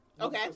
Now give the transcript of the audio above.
Okay